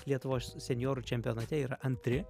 lietuvos senjorų čempionate yra antri